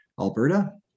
alberta